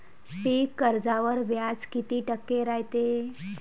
पीक कर्जावर व्याज किती टक्के रायते?